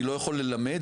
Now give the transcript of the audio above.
אני לא יכול ללמד,